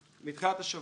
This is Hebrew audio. השבוע.